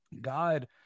God